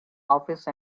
office